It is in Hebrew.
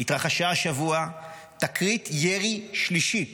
התרחשה השבוע תקרית ירי שלישית